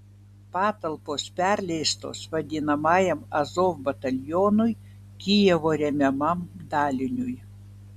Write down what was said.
patalpos perleistos vadinamajam azov batalionui kijevo remiamam daliniui